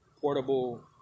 portable